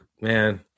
Man